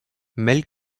mel